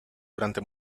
durante